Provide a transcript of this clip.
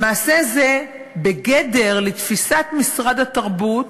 למעשה, לתפיסת משרד התרבות,